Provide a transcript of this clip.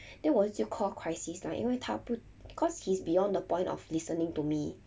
then 我就 call crisis line 因为他不 cause he's beyond the point of listening to me